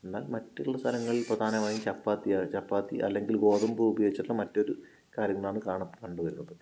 എന്നാൽ മറ്റുള്ള സ്ഥലങ്ങളിൽ പ്രധാനമായും ചപ്പാത്തി അല്ലെങ്കിൽ ഗോതമ്പ് ഉപയോഗിച്ചിട്ടുള്ള മറ്റ് കാര്യങ്ങളാണ് കണ്ടുവരുന്നത്